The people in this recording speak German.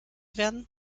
werden